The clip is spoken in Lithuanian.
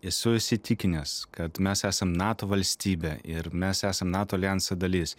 esu įsitikinęs kad mes esam nato valstybė ir mes esam nato aljanso dalis